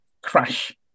crash